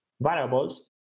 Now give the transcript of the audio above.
variables